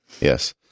Yes